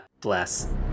Bless